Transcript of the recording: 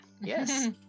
Yes